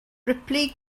ripley